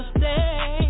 stay